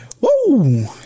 Woo